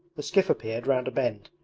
the skiff appeared round a bend.